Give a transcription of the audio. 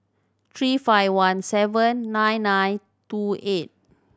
three five one seven nine nine two eight